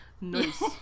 nice